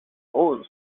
wool